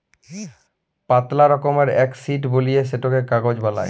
পাতলা রকমের এক শিট বলিয়ে সেটকে কাগজ বালাই